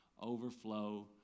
overflow